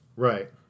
Right